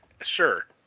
Sure